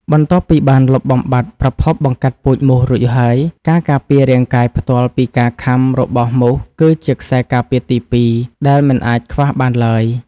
បន្ទាប់ពីបានលុបបំបាត់ប្រភពបង្កាត់ពូជមូសរួចហើយ ការការពាររាងកាយផ្ទាល់ពីការខាំរបស់មូសគឺជាខ្សែការពារទីពីរដែលមិនអាចខ្វះបានឡើយ។